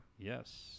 Yes